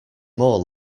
more